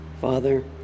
Father